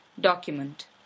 document